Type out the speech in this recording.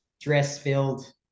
stress-filled